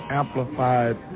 amplified